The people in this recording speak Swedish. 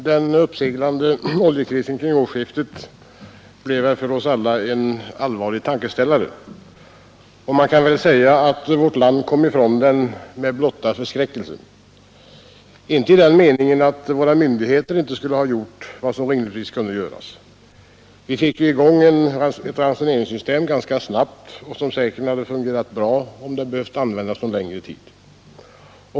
Herr talman! Den kring årsskiftet uppseglande oljekrisen blev en allvarlig tankeställare för oss alla. Man kan väl säga att vårt land kom ifrån den med blotta förskräckelsen — inte i den meningen att våra myndigheter inte skulle ha gjort vad som rimligtvis kunde göras; vi fick ju ganska snart i gång ett ransoneringssystem som säkerligen skulle ha fungerat bra om det hade behövt användas någon längre tid.